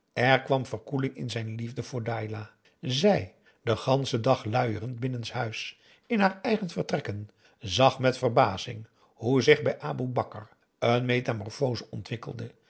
er kwam verkoeling in zijn liefde voor dailah zij den ganschen dag luierend binnenshuis in haar eigen vertrekken zag met verbazing hoe zich bij aboe bakar een metamorphose ontwikkelde